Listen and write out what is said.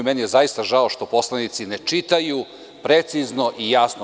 Meni je zaista žao što poslanici ne čitaju precizno i jasno.